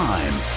time